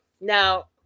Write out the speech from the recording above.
Now